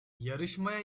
yarışmaya